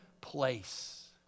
place